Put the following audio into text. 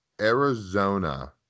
Arizona